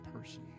person